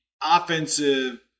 offensive